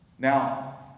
Now